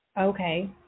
Okay